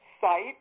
site